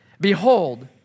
Behold